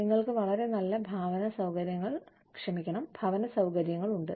നിങ്ങൾക്ക് വളരെ നല്ല ഭവന സൌകര്യങ്ങളുണ്ട്